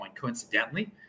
coincidentally